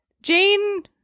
Jane